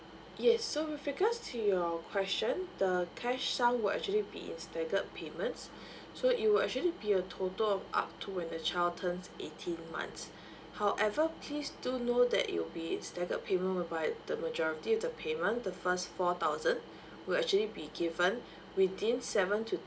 yes so with regards to your question the cash sum will actually be in staggered payments so it will actually be a total of up to when the child turns eighteen months however please do know that it will be in staggered payment whereby the majority of the payment the first four thousand will actually be given within seven to